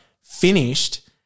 finished